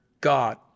God